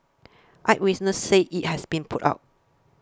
eyewitnesses say it has been put out